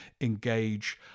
engage